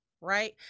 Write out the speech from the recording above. Right